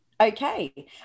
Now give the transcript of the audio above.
Okay